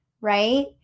right